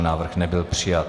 Návrh nebyl přijat.